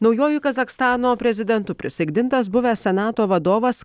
naujuoju kazachstano prezidentu prisaikdintas buvęs senato vadovas